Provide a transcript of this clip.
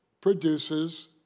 produces